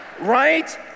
right